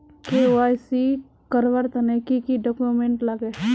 KYC करवार तने की की डॉक्यूमेंट लागे?